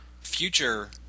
future